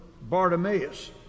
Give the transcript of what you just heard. Bartimaeus